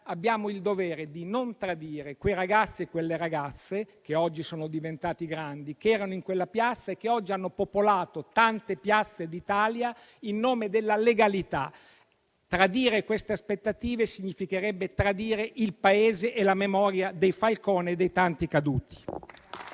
abbiamo il dovere di non tradire quei ragazzi e quelle ragazze, che oggi sono diventati grandi, che erano in quella piazza e oggi hanno popolato tante piazze d'Italia in nome della legalità. Tradire queste aspettative significherebbe tradire il Paese e la memoria di Falcone e dei tanti caduti.